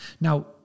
Now